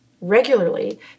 regularly